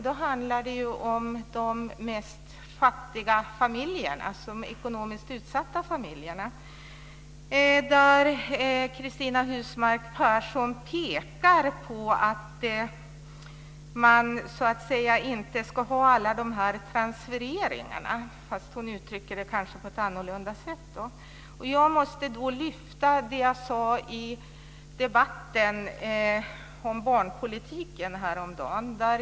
Det handlar om de mest fattiga och ekonomiskt utsatta familjerna. Där pekar Cristina Husmark Pehrsson på att man inte ska ha alla transfereringarna, fastän hon kanske uttrycker det på ett lite annorlunda sätt. Jag måste lyfta det jag sade i debatten om barnpolitiken häromdagen.